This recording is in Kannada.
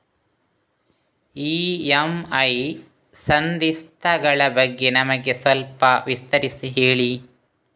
ಇ.ಎಂ.ಐ ಸಂಧಿಸ್ತ ಗಳ ಬಗ್ಗೆ ನಮಗೆ ಸ್ವಲ್ಪ ವಿಸ್ತರಿಸಿ ಹೇಳಿ